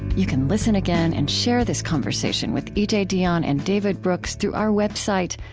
you can listen again and share this conversation with e j. dionne and david brooks through our website,